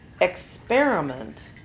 experiment